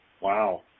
wow